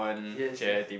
yes yes